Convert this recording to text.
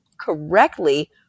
correctly